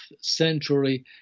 century